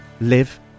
live